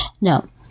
No